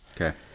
Okay